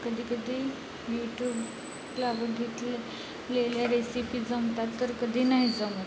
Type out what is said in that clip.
कधीकधी यूट्यूबला बघितलेल्या रेसिपी जमतात तर कधी नाही जमत